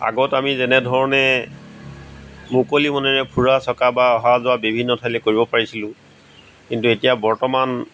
আগত আমি যেনেধৰণে মুকলি মনেৰে ফুৰা চকা বা অহা যোৱা বিভিন্ন ঠাইলৈ কৰিব পাৰিছিলো কিন্তু এতিয়া বৰ্তমান